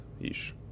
ish